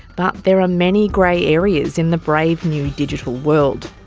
but there are many grey areas in the brave new digital world.